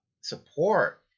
support